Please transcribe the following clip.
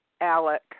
ALEC